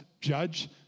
judge